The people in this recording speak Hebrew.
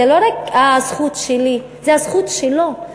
זה לא רק הזכות שלי, זה הזכות שלו.